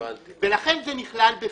לכן, זה נכלל בפנים.